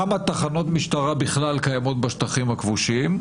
כמה תחנות משטרה בכלל קיימות בשטחים הכבושים,